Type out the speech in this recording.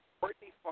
Courtney